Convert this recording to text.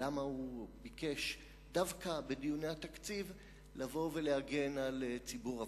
ולמה הוא ביקש דווקא בדיוני התקציב לבוא ולהגן על ציבור עברייני.